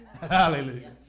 Hallelujah